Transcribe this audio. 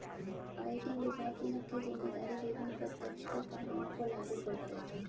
IT विभाग की मुख्य जिम्मेदारी विभिन्न प्रत्यक्ष कर कानूनों को लागू करता है